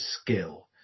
skill